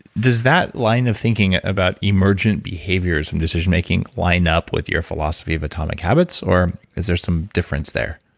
does that line of thinking about emergent behaviors from decision making line up with your philosophy of atomic habits or is there some difference there?